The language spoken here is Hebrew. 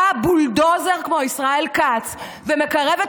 בא בולדוזר כמו ישראל כץ ומקרב את